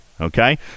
Okay